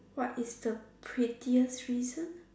what is the pettiest reason